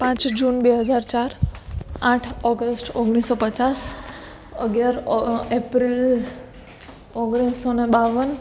પાંચ જૂન બે હજાર ચાર આઠ ઓગસ્ટ ઓગણીસસો પચાસ અગિયાર એપ્રિલ ઓગણીસસો ને બાવન